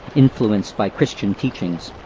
influenced by christian teachings.